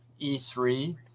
E3